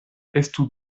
estu